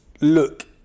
look